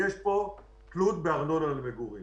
יש פה תלות בארנונה למגורים.